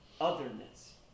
otherness